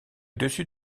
dessus